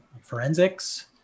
forensics